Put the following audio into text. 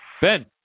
Ben